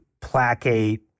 placate